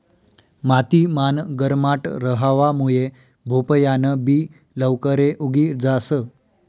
माती मान गरमाट रहावा मुये भोपयान बि लवकरे उगी जास